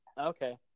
okay